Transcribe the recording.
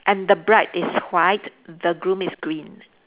and the bride is white the broom is green